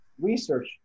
research